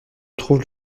trouve